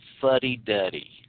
fuddy-duddy